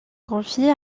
confiées